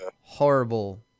horrible